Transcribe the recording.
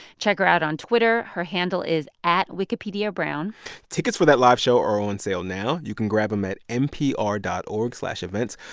check her out on twitter. her handle is at wikipediabrown tickets for that live show are on sale now. you can grab them at npr dot org slash events.